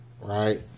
right